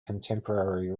contemporary